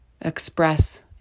express